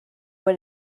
what